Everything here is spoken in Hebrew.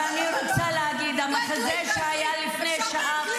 אבל אני רוצה להגיד: המחזה שהיה פה לפני שעה,